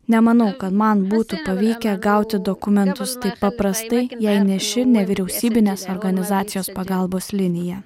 nemanau kad man būtų pavykę gauti dokumentus taip paprastai jei ne ši nevyriausybinės organizacijos pagalbos linija